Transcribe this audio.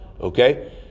Okay